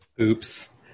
Oops